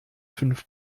fünf